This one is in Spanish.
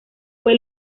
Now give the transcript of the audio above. fue